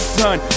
done